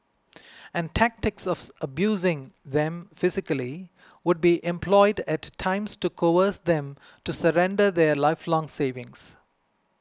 and tactics of abusing them physically would be employed at times to coerce them to surrender their lifelong savings